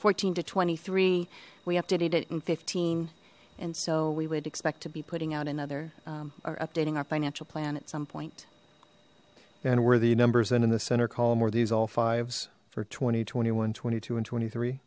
fourteen to twenty three we updated it in fifteen and so we would expect to be putting out another or updating our financial plan at some point and where the numbers and in the center column or these all fives for twenty twenty one twenty two and twenty three